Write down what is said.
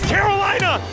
Carolina